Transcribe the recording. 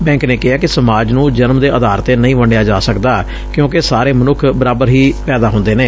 bench ਨੇ ਕਿਹੈ ਕਿ ਸਮਾਜ ਨੂੰ ਜਨਮ ਦੇ ਆਧਾਰ ਤੇ ਨਹੀ ਵੰਡਿਆ ਜਾ ਸਕਦਾ ਕਿਉਕਿ ਸਾਰੇ ਮਨੁੱਖ ਬਰਾਬਰ ਹੀ ਪੈਦਾ ਹੁੰਦੇ ਨੇ